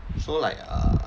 so like ugh